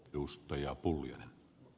arvoisa puhemies